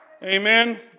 Amen